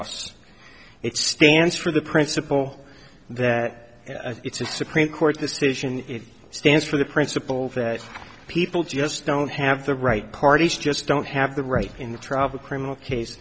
's it stands for the principle that it's a supreme court decision it stands for the principle that people just don't have the right parties just don't have the right in the travel criminal case